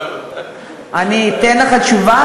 אני אתן לך תשובה,